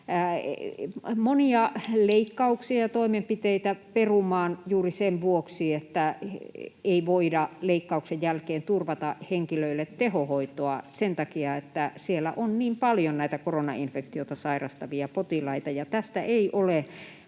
monia leikkauksia ja toimenpiteitä perumaan juuri sen vuoksi, että ei voida leikkauksen jälkeen turvata henkilöille tehohoitoa sen takia, että siellä on niin paljon näitä koronainfektiota sairastavia potilaita, ja tästä ei ole